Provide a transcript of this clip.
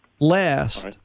Last